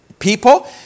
People